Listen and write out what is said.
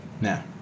Now